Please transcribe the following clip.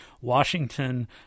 Washington